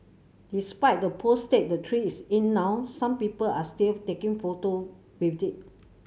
despite the poor state the tree is in now some people are still taking photo with it